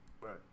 Right